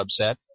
subset